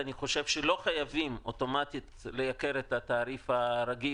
אני חושב שלא חייבים אוטומטית לייקר את התעריף הרגיל